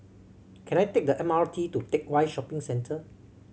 can I take the M R T to Teck Whye Shopping Centre